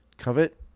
covet